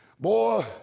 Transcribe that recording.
Boy